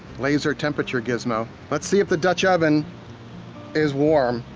laser temperature gizmo, let's see if the dutch oven is warm,